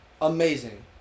amazing